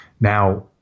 Now